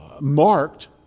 marked